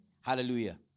Hallelujah